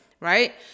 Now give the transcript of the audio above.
Right